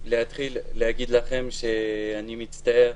אתחיל בלומר לכם שאני מצטער,